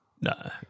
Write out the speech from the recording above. no